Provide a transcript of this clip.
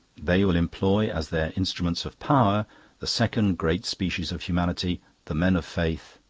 they will employ as their instruments of power the second great species of humanity the men of faith,